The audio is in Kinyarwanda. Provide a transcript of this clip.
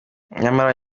nyamara